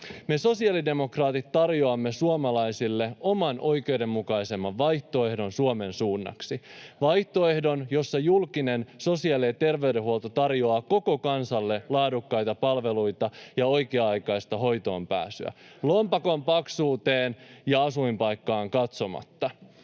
Me sosiaalidemokraatit tarjoamme suomalaisille oman, oikeudenmukaisemman vaihtoehdon Suomen suunnaksi. Vaihtoehdon, jossa julkinen sosiaali- ja terveydenhuolto tarjoaa koko kansalle laadukkaita palveluita ja oikea-aikaista hoitoonpääsyä, lompakon paksuuteen ja asuinpaikkaan katsomatta.